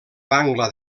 bangla